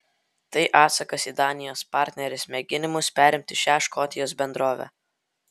tai atsakas į danijos partnerės mėginimus perimti šią škotijos bendrovę